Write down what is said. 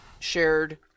Shared